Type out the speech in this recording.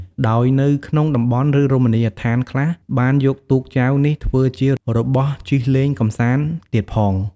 ដោយនៅក្នុងតំបន់ ឬរមណីយដ្ឋានខ្លះ បានយកទូកចែវនេះធ្វើជារបស់ជិះលេងកំសាន្ដទៀតផង។